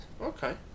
Okay